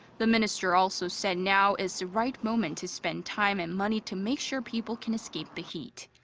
the minister also said now is the right moment to spend time and money to make sure people can escape the heat.